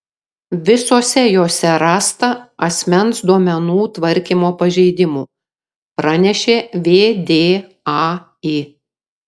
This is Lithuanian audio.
visose jose rasta asmens duomenų tvarkymo pažeidimų pranešė vdai